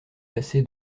passé